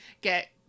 get